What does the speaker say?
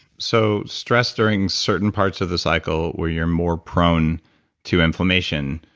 so stress during certain parts of the cycle where you're more prone to inflammation,